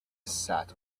sat